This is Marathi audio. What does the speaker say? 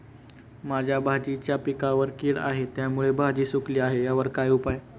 माझ्या भाजीच्या पिकावर कीड आहे त्यामुळे भाजी सुकली आहे यावर काय उपाय?